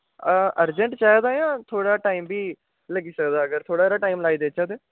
urgent चाहिदा जां थोह्ड़ा टाईम बी लग्गी सकदा अगर थोहड़ा सारा टाईम लाच्चै ते